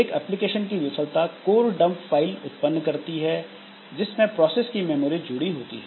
एक एप्लीकेशन की विफलता कोर डम्प फाइल उत्पन्न करती है जिसमें प्रोसेस की मेमोरी जुड़ी हुई होती है